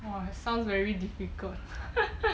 !wah! sounds very difficult